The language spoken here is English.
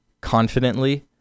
confidently